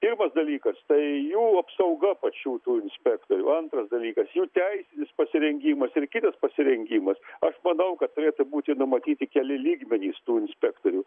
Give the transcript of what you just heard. pirmas dalykas tai jų apsauga pačių tų inspektorių antras dalykas jų teisinis pasirengimas ir kitas pasirengimas aš manau kad turėtų būti numatyti keli lygmenys tų inspektorių